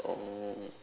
oh